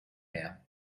mehr